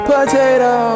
Potato